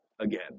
again